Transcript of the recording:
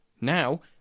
Now